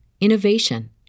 innovation